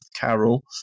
carol